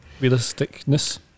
realisticness